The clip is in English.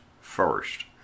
first